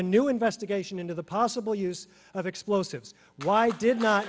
a new investigation into the possible use of explosives why